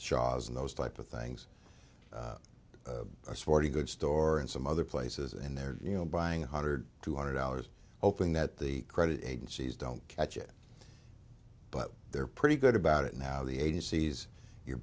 shaws in those type of things a sporting goods store in some other places and they're you know buying one hundred two hundred dollars hoping that the credit agencies don't catch it but they're pretty good about it now the agencies you